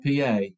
PA